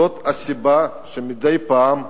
זאת הסיבה שמדי פעם,